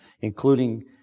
including